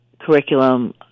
curriculum